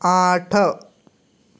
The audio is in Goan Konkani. आठ